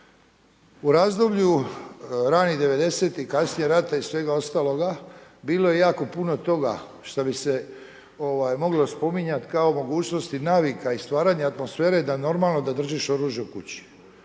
U razdoblju ranih 90-tih kasnije rata i svega ostaloga bilo je jako puno toga što bi se moglo spominjat kao mogućnost navika i stvaranja atmosfere da normalno da držiš oružje u kući.